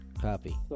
Copy